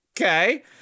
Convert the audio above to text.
okay